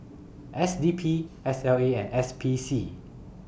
S D P S L A and S P C